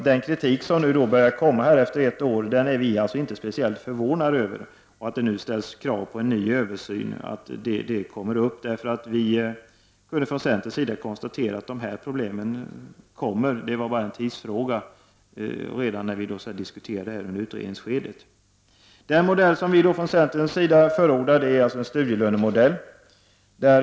Den kritik som börjar komma efter ett år är vi inte speciellt förvånade över, inte heller över att det ställs krav på en ny översyn. Vi kunde från centerns sida redan då detta diskuterades under utredningsskedet konstatera att dessa problem skulle komma; det var bara en tidsfråga. Den modell som vi från centerns sida förordar är en studielönemodell.